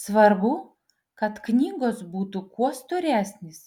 svarbu kad knygos būtų kuo storesnės